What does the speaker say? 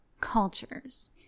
cultures